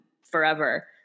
forever